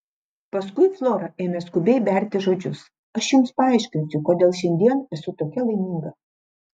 paskui flora ėmė skubiai berti žodžius aš jums paaiškinsiu kodėl šiandien esu tokia laiminga